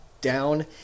down